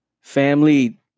Family